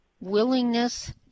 willingness